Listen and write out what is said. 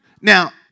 Now